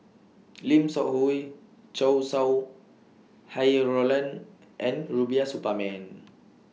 Lim Seok Hui Chow Sau Hai Roland and Rubiah Suparman